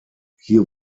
hier